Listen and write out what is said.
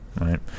right